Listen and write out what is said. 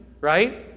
right